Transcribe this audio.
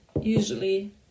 usually